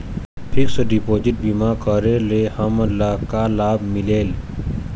Fix deposit बीमा करे ले हमनला का लाभ मिलेल?